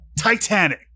Titanic